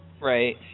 right